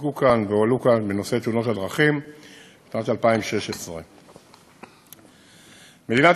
שהוצגו כאן והועלו כאן בנושא תאונות הדרכים בשנת 2016. מדינת